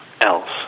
else